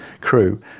crew